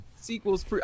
sequels